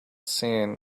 seen